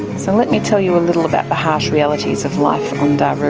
so let me tell you a little about the harsh realities of life on daru,